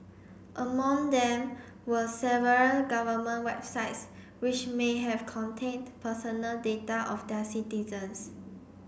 among them were several government websites which may have contained personal data of their citizens